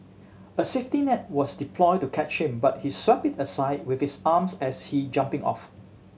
a safety net was deployed to catch him but he swept it aside with his arms as he jumping off